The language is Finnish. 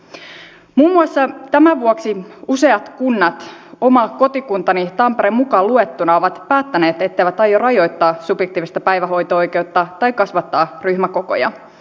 muun muassa tämän vuoksi useat kunnat oma kotikuntani tampere mukaan luettuna ovat päättäneet etteivät aio rajoittaa subjektiivista päivähoito oikeutta tai kasvattaa ryhmäkokoja